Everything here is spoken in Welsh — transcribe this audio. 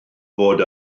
fod